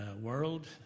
world